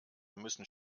müssen